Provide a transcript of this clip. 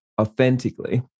authentically